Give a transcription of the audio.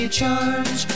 charms